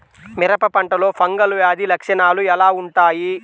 మిరప పంటలో ఫంగల్ వ్యాధి లక్షణాలు ఎలా వుంటాయి?